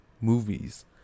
movies